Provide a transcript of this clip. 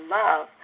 love